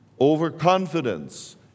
overconfidence